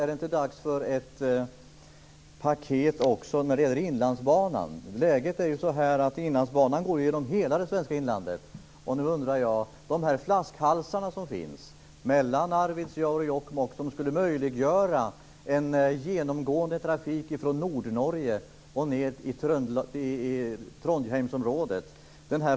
Är det inte dags för ett paket när det gäller Inlandsbanan? Inlandsbanan går genom hela det svenska inlandet. Det finns flaskhalsar mellan Arvidsjaur och Jokkmokk som annars skulle möjliggöra en genomgående trafik från Nordnorge och ned till Trodheimsområdet.